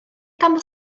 ganddo